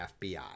FBI